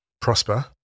prosper